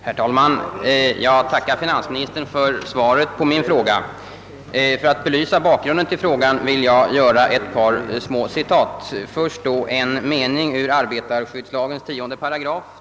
Herr talman! Jag tackar finansministern för svaret på min fråga. För att belysa frågans bakgrund vill jag här göra några citat och börjar med en mening ur arbetarskyddslagen 10 8.